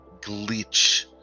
glitch